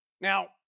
Now